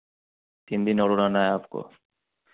तीन दिन और रहना है आपको